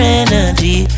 energy